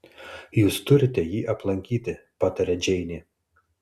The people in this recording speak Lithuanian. jūs turite jį aplankyti pataria džeinė